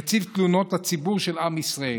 נציב תלונות הציבור של עם ישראל,